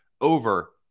over